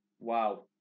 wow